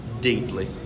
deeply